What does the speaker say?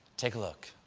take a look.